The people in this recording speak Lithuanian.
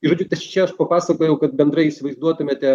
žodžiu ties čia aš papasakojau kad bendrai įsivaizduotumėte